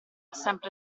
sempre